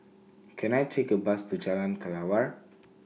Can I Take A Bus to Jalan Kelawar